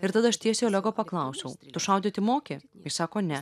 ir tada aš tiesiai olego paklausiau tu šaudyti moki jis sako ne